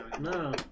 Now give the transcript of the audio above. No